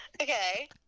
Okay